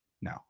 No